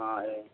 हाँ है